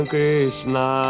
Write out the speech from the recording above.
Krishna